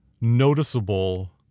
noticeable